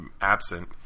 absent